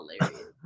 hilarious